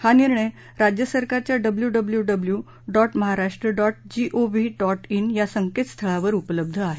हा निर्णय राज्य सरकारच्या W W W dot Maharashtra dot gov dot in या संकेतस्थळावर उपलब्ध आहे